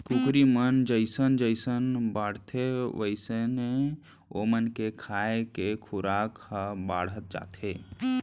कुकरी मन जइसन जइसन बाढ़थें वोइसने ओमन के खाए के खुराक ह बाढ़त जाथे